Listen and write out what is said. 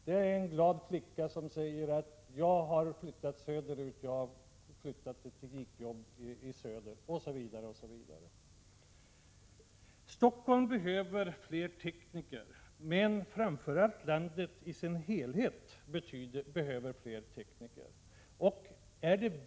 Det är en glad flicka som säger: Jag har flyttat söderut, jag har flyttat till teknikjobb i södra Sverige osv. Stockholm behöver fler tekniker, men framför allt behöver landet i sin helhet fler tekniker.